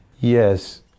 Yes